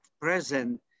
present